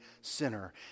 sinner